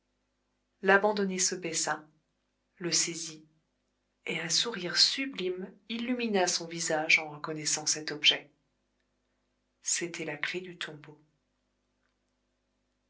l'abandonné se baissa le saisit et un sourire sublime illumina son visage en reconnaissant cet objet c'était la clef du tombeau